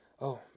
Oh